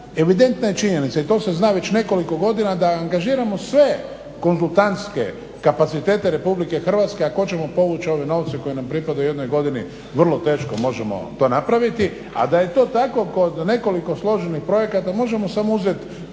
evidentna je činjenica i to se zna već nekoliko godina da angažiramo sve konzultantske kapacitete Republike Hrvatske ako hoćemo povući ove novce koji nam pripadaju, u jednoj godini vrlo teško možemo to napraviti. A da je to tako kod nekoliko složenih projekata možemo samo uzet